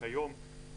כיום,